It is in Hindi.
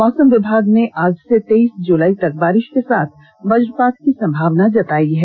मौसम विभाग ने आज से तेईस जुलाई तक बारिश के साथ वजपात की संभावना जताई हैं